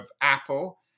Apple